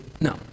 No